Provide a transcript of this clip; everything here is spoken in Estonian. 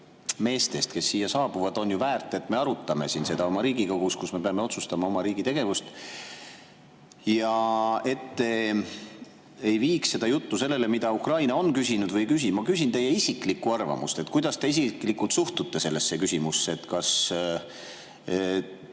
meeste kohta, kes siia saabuvad, on väärt, et me arutame seda siin Riigikogus, kus me peame otsustama oma riigi tegevuse üle. Ja et te ei viiks seda juttu sellele, mida Ukraina on küsinud või ei ole küsinud, siis ma küsin teie isiklikku arvamust. Kuidas te isiklikult suhtute sellesse küsimusse? Kas